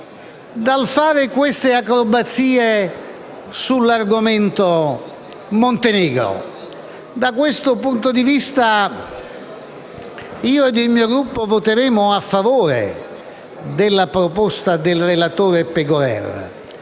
di fare queste acrobazie sull'argomento Montenegro. Da questo punto di vista, io e il mio Gruppo voteremo a favore della proposta del relatore Pegorer.